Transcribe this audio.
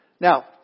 Now